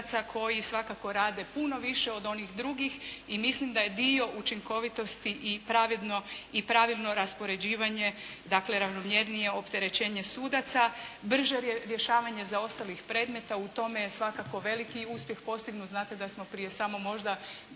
koji svakako rade puno više od onih drugih i mislim da je dio učinkovitosti i pravilno raspoređivanje, dakle ravnomjernije opterećenje sudaca brže rješavanje zaostalih predmeta. U tome je svakako veliki uspjeh postignut, znate da smo prije samo možda